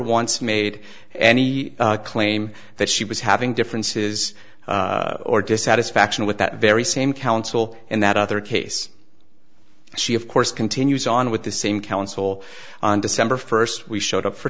once made any claim that she was having differences or dissatisfaction with that very same counsel in that other case she of course continues on with the same counsel on december first we showed up for